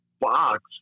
box